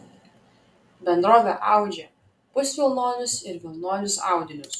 bendrovė audžia pusvilnonius ir vilnonius audinius